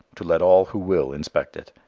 to let all who will inspect it,